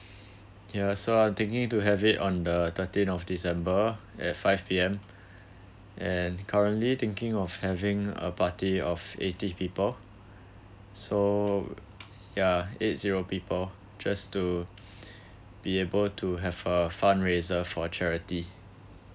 yeah so I'm thinking to have it on the thirteenth of december at five P_M and currently thinking of having a party of eighty people so yeah eight zero people just to be able to have a fundraiser for charity